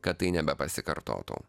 kad tai nebepasikartotų